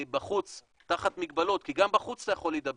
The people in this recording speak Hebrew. בחוץ, תחת מגבלות, כי גם בחוץ אתה יכול להידבק.